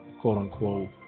quote-unquote